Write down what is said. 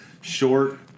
short